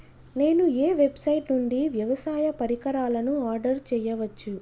నేను ఏ వెబ్సైట్ నుండి వ్యవసాయ పరికరాలను ఆర్డర్ చేయవచ్చు?